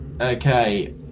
Okay